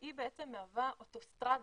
היא מהווה אוטוסטרדה,